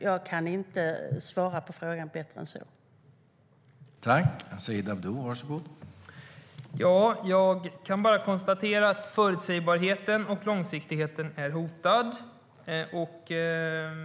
Jag kan inte svara på frågan bättre än så.